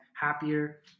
happier